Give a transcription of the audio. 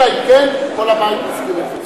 אלא אם כן כל הבית מסכים לזה.